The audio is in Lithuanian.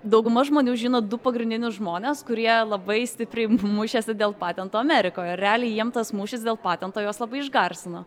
dauguma žmonių žino du pagrindinius žmones kurie labai stipriai mušėsi dėl patento amerikoj ir realiai jiem tas mūšis dėl patento juos labai išgarsino